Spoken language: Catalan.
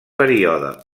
període